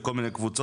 בכל מיני קבוצות.